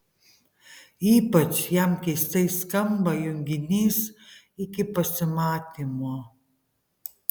ypač jam keistai skamba junginys iki pasimatymo